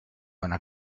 una